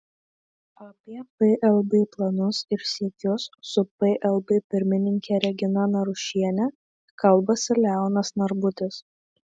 apie plb planus ir siekius su plb pirmininke regina narušiene kalbasi leonas narbutis